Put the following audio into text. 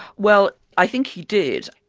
well, i think he did.